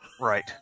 Right